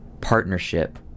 partnership